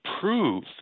prove